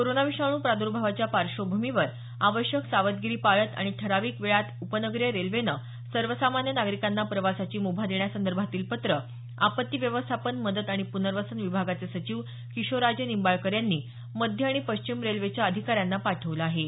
corona विषाणू प्रादर्भावाच्या पार्श्वभूमीवर आवश्यक सावधगिरी पाळत आणि ठराविक वेळात उपनगरीय रेल्वेनं सर्वसामान्य नागरिकांना प्रवासाची मुभा देण्यासंदर्भातील पत्र आपत्ती व्यवस्थापन मदत आणि प्नर्वसन विभागाचे सचिव किशोरराजे निंबाळकर यांनी मध्य आणि पश्चिम रेल्वेच्या अधिकाऱ्यांना पाठवलं आहे